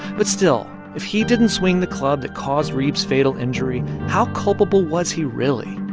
but still, if he didn't swing the club that caused reeb's fatal injury, how culpable was he really,